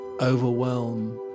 overwhelm